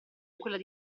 quella